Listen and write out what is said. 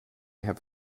have